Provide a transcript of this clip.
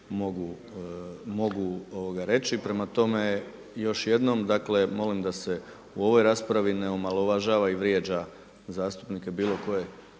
mogu reći. Prema tome, još jednom dakle molim da se u ovoj raspravi ne omalovažava i vrijeđa zastupnike bilo koje